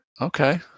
Okay